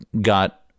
got